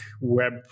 web